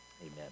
amen